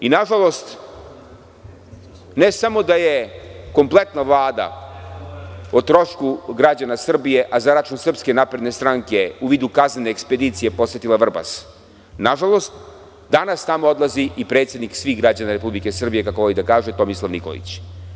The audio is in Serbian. Nažalost, ne samo da je kompletna Vlada o trošku građana Srbije, a za račun SNS, u vidu kaznene ekspedicije, posetila Vrbas, već danas tamo odlazi i predsednik svih građana Republike Srbije, kako voli da kaže, Tomislav Nikolić.